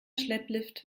schlepplift